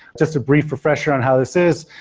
just a brief refresher on how this is,